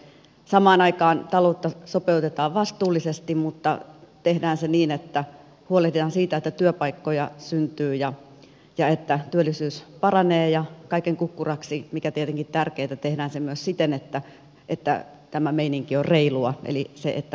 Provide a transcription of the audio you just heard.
samaan aikaan kun taloutta sopeutetaan vastuullisesti tehdään se niin että huolehditaan siitä että työpaikkoja syntyy ja työllisyys paranee ja kaiken kukkuraksi mikä tietenkin tärkeintä tehdään se myös siten että tämä meininki on reilua eli että oikeudenmukaisuus toteutuu